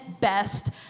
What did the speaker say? best